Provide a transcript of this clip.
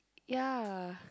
ya